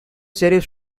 serif